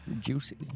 Juicy